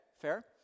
fair